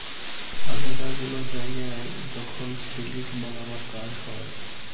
আলেদা গুলা জায়গায় যখল সিলিক বালাবার কাজ হ্যয়